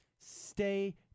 stay